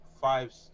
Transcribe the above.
five